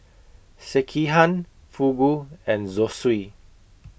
Sekihan Fugu and Zosui